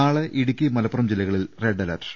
നാളെ ഇടുക്കി മലപ്പുറം ജില്ലകളിൽ red alert